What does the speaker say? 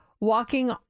walking